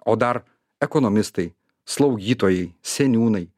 o dar ekonomistai slaugytojai seniūnai